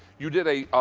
you did a